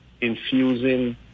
infusing